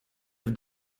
have